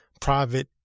private